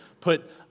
put